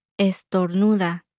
estornuda